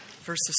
verses